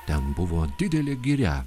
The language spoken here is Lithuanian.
ten buvo didelė giria